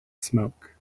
smoke